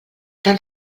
tan